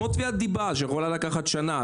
זה כמו תביעת דיבה שיכולה לקחת שנה.